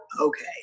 okay